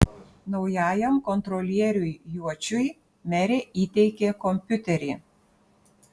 naujajam kontrolieriui juočiui merė įteikė kompiuterį